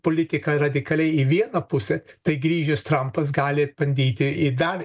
politiką radikaliai į vieną pusę tai grįžęs trampas gali bandyti į dar